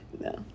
No